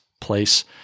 place